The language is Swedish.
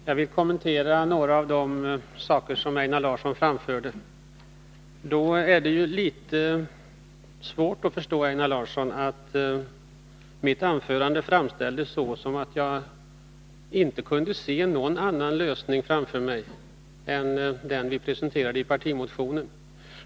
Herr talman! Jag vill kommentera något av det Einar Larsson anförde. Det är litet svårt att förstå att det framställdes så att jag inte kunde se någon annan lösning framför mig än den vi presenterade i partimotionen.